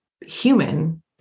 human